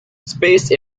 space